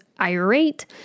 irate